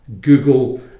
Google